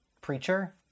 preacher